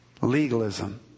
Legalism